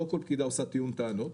לא כל פקידה עושה טיעון טענות